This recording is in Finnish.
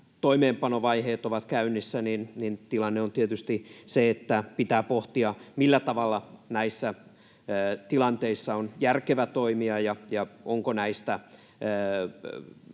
toimeenpanovaiheet ovat käynnissä, tilanne on tietysti se, että pitää pohtia, millä tavalla näissä tilanteissa on järkevä toimia ja mitä näistä